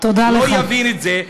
לא יבין את זה,